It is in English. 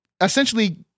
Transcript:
essentially